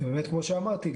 כמו שאמרתי,